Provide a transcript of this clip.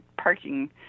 parking